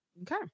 okay